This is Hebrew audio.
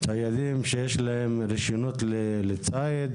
ציידים שיש להם רישיון לציד?